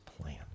plan